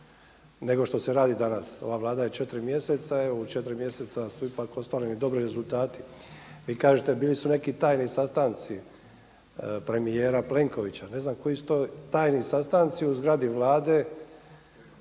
nego što se radi danas. Ova Vlada je 4 mjeseca, evo u 4 mjeseca su ipak ostvareni dobri rezultati. Vi kažete bili su neki tajni sastanci premijera Plenkovića. Ne znam koji su to tajni sastanci u zgradi Vlade